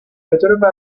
بطور